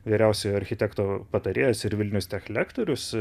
vyriausiojo architekto patarėjas ir vilnius tech lektorius